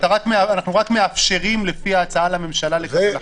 אנחנו רק מאפשרים לפי ההצעה לממשלה לקבל החלטה.